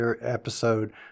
episode